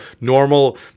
normal